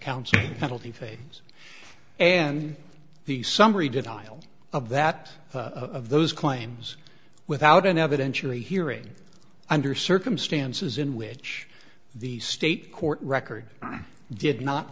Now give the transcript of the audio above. counsel penalty phase and the summary denial of that of those claims without an evidentiary hearing under circumstances in which the state court record did not